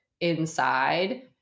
inside